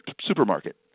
supermarket